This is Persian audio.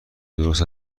درست